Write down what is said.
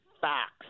facts